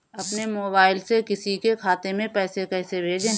अपने मोबाइल से किसी के खाते में पैसे कैसे भेजें?